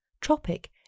Tropic